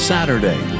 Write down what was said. Saturday